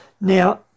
Now